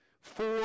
four